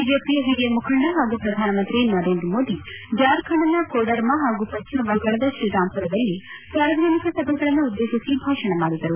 ಬಿಜೆಪಿಯ ಹಿರಿಯ ಮುಖಂಡ ಪಾಗೂ ಪ್ರಧಾನಮಂತ್ರಿ ನರೇಂದ್ರ ಮೋದಿ ಜಾರ್ಖಂಡ್ನ ಕೋಡರ್ಮ ಹಾಗೂ ಪಶ್ಚಿಮ ಬಂಗಾಳದ ಶ್ರೀರಾಮ್ಮರದಲ್ಲಿ ಸಾರ್ವಜನಿಕ ಸಭೆಗಳನ್ನು ಉದ್ದೇಶಿಸಿ ಭಾಷಣ ಮಾಡಿದರು